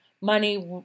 money